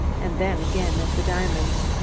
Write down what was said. and then again at the diamonds.